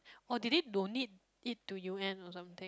or did they donate it to U_N or something